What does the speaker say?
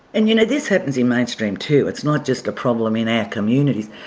and you know this happens in mainstream too, it's not just a problem in our communities.